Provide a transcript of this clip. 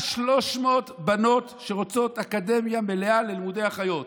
300 בנות שרוצות אקדמיה מלאה ללימודי אחיות.